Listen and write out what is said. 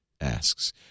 asks